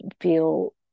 feel